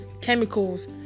chemicals